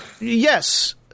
yes